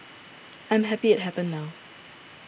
I am happy it happened now